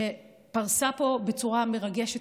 שפרסה פה בצורה מרגשת,